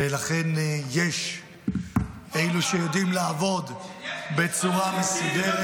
ולכן יש את אלו שיודעים לעבוד בצורה מסודרת